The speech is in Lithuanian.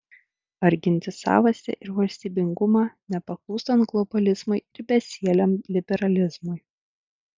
ar ginti savastį ir valstybingumą nepaklūstant globalizmui ir besieliam liberalizmui